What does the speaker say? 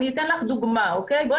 אני אתן לך דוגמה ספציפית: